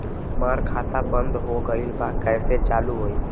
हमार खाता बंद हो गईल बा कैसे चालू होई?